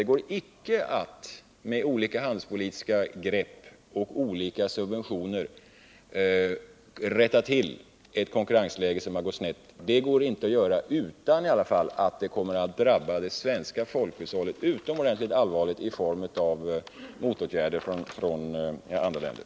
Det går icke att med olika handelspolitiska grepp och subventioner rätta till ett konkurrensläge som har hamnat snett — i varje fall inte utan att det kommer att drabba det svenska folkhushållet utomordentligt allvarligt i form av motåtgärder från andra länder.